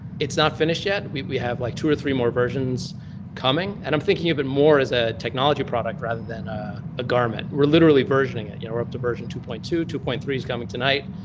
it's not finished yet. we have like two or three more versions coming. and i'm thinking of it more as a technology product rather than ah a garment. we're literally versioning it. yeah we're up to version two point two, two point three is coming tonight.